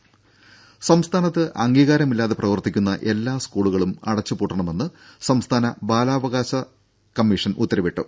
രുഭ സംസ്ഥാനത്ത് അംഗീകാരമില്ലാതെ പ്രവർത്തിക്കുന്ന എല്ലാ സ്കൂളുകളും അടച്ചു പൂട്ടണമെന്ന് സംസ്ഥാന ബാലാവകാശ കമീഷൻ ഉത്തരവിട്ടു